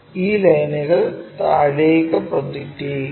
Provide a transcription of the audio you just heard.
ഈ ലൈനുകൾ താഴേക്ക് പ്രൊജക്റ്റ് ചെയ്യുക